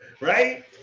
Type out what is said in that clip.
Right